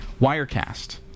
Wirecast